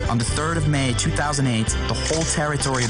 במקביל למה שגיא דיבר של קולות